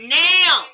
now